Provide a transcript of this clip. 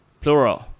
Plural